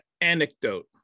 anecdote